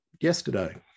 yesterday